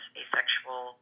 asexual